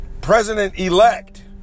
president-elect